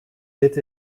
dit